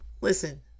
listen